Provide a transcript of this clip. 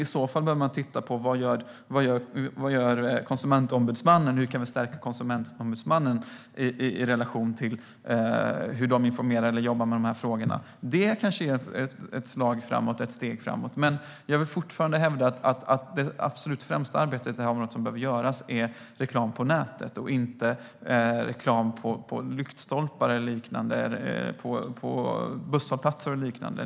I stället behöver vi titta på vad Konsumentombudsmannen gör och hur vi kan stärka Konsumentombudsmannen när det gäller hur man informerar och jobbar med dessa frågor. Det kanske är ett steg framåt. Men jag vill fortfarande hävda att det absolut främsta arbete som behöver göras på detta område gäller reklam på nätet och inte reklam på lyktstolpar, busshållplatser och liknande.